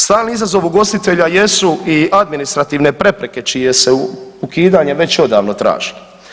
Stalni izazov ugostitelja jesu i administrativne prepreke čije se ukidanje već odavno traži.